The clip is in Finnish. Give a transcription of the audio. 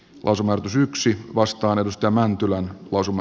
osuman syyksi kostonetystä mäntylän osuma